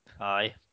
Aye